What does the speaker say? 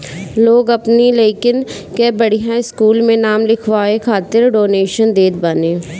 लोग अपनी लइकन के बढ़िया स्कूल में नाम लिखवाए खातिर डोनेशन देत बाने